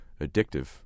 addictive